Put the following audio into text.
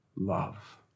love